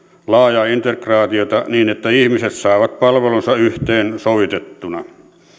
laajaa integraatiota niin että ihmiset saavat palvelunsa yhteensovitettuna